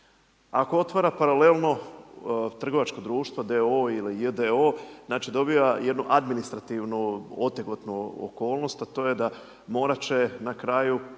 ako otvara paralelno trgovačko društvo d.o.o. ili j.d.o. znači dobiva jednu administrativnu otegotnu okolnost a to je da morat će na kraju